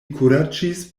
kuraĝis